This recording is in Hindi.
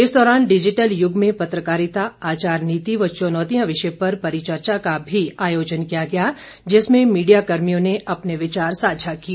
इस दौरान डिजिटल यूग में पत्रकारिता आचारनीति व चुनौतियां विषय पर परिचर्चा का भी आयोजन किया गया जिसमें मीडियाकर्भियों ने अपने विचार साझा किए